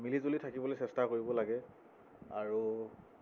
মিলিজুলি থাকিবলৈ চেষ্টা কৰিব লাগে আৰু